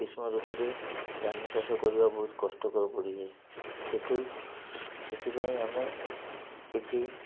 ଗ୍ରୀଷ୍ମ ଋତୁରେ ଧାନ ଚାଷ କରିବା ବହୁତ କଷ୍ଟକର ପଡ଼ିଯାଏ ସେଥିରୁ ସେଥିପାଇଁ ଆମେ କିଛି